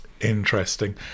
Interesting